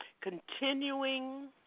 Continuing